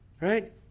Right